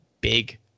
big